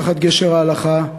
תחת גשר ההלכה,